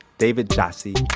david jassy,